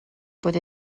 bod